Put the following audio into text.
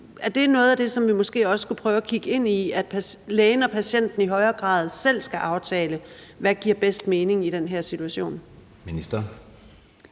også noget af det, som vi skulle prøve at kigge ind i, altså at lægen og patienten i højere grad selv skal aftale, hvad der i den situation